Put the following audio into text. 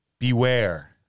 Beware